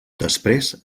després